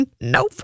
Nope